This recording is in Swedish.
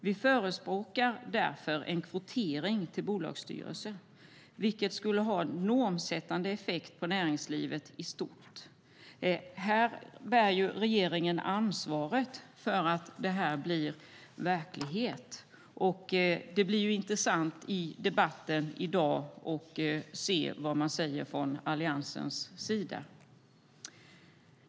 Vi förespråkar därför kvotering till bolagsstyrelser, vilket skulle ha en normsättande effekt på näringslivet i stort. Regeringen bär ansvaret för att det blir verklighet. Det blir intressant att höra i debatten i dag vad man säger från Alliansens sida.